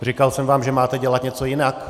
Říkal jsem vám, že máte dělat něco jinak?